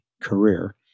career